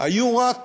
היו רק